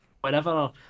whenever